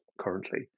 currently